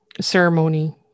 ceremony